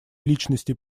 личностей